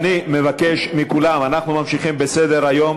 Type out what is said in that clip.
אני מבקש מכולם, אנחנו ממשיכים בסדר-היום.